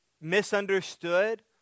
misunderstood